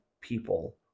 people